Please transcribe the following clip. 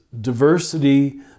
diversity